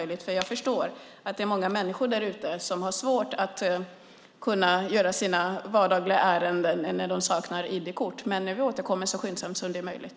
Jag förstår att det är många människor där ute som har svårt att uträtta sina vardagliga ärenden när de saknar ID-kort, men vi bereder detta skyndsamt och återkommer så fort som möjligt.